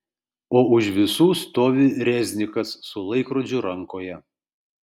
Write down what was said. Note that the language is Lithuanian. o už visų stovi reznikas su laikrodžiu rankoje